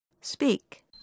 speak